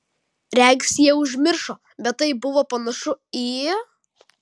regis jie užmiršo bet tai buvo panašu į